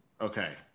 okay